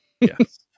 Yes